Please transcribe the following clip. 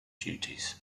duties